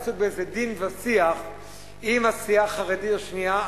שהיה עסוק באיזה דין ושיח עם הסיעה החרדית השנייה.